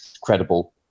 credible